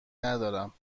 ندارم